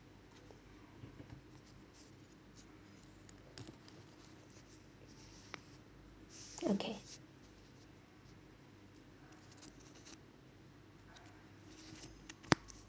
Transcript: okay